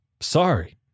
Sorry